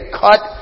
cut